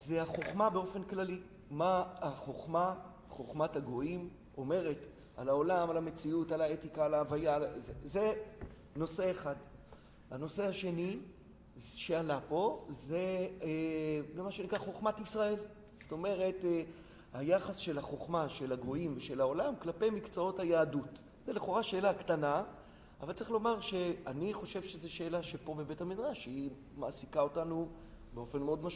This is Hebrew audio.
זה החוכמה באופן כללי. מה החוכמה, חוכמת הגויים, אומרת על העולם, על המציאות, על האתיקה, על ההוויה, על... זה נושא אחד. והנושא השני שעלה פה, זה מה שנקרא "חוכמת ישראל". זאת אומרת, היחס של החוכמה של הגוייים ושל העולם, כלפי מקצועות היהדות. זה לכאורה שאלה קטנה, אבל צריך לומר שאני חושב שזה שאלה שפה מבית המדרש, שהיא מעסיקה אותנו באופן מאוד משמעותי.